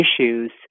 issues